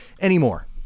anymore